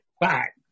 back